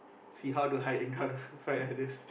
see how to hide and how to fight like this